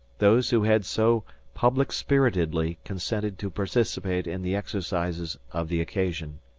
those who had so public-spiritedly consented to participate in the exercises of the occasion.